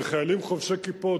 של חיילים חובשי כיפות,